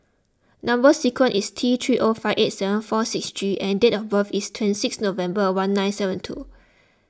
Number Sequence is T three O five eight seven four six G and date of birth is twenty six November one nine seven two